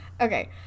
Okay